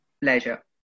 Pleasure